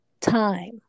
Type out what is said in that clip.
time